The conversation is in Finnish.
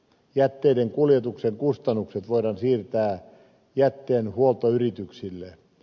jätteiden kuljetuksen kustannukset voidaan siirtää jätteenhuoltoyrityksille